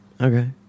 Okay